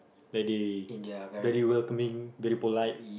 that they very welcoming very polite